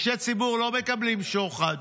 אישי ציבור לא מקבלים שוחד,